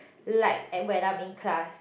like at when I'm in class